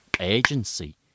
Agency